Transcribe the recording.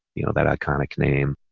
you know, that iconic name.